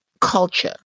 culture